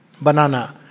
banana